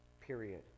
Period